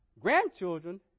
grandchildren